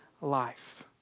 life